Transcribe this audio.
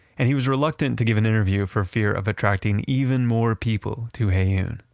and he was reluctant to give an interview for fear of attracting even more people to heyoon.